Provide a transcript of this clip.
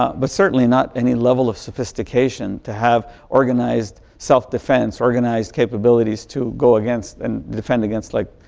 but certainly not any level of sophistication to have organized self-defense, organize capabilities to go against and defend against, like,